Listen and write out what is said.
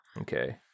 Okay